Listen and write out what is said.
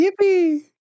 Yippee